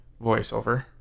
voiceover